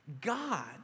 God